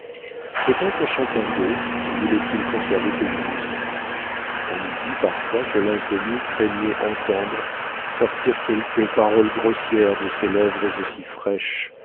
peut-être chacun d'eux voulait-il conserver ses illusions on eût dit parfois que l'inconnu craignait d'entendre sortir quelques paroles grossières de ces lèvres aussi fraîches